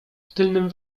tylnym